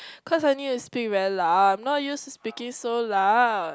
cause I need to speak very loud I am not used speaking so loud